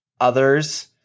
others